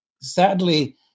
sadly